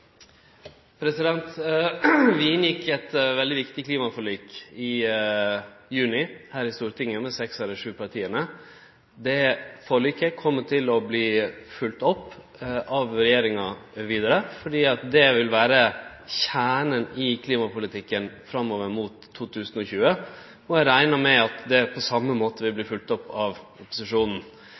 Eit veldig viktig klimaforlik vart inngått i juni her i Stortinget mellom seks av partia. Det forliket kjem til å verte følgt opp av regjeringa vidare, fordi det vil vere kjernen i klimapolitikken framover mot 2020. Eg reknar med at det på same måte vil verte følgt opp av opposisjonen.